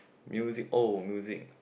music oh music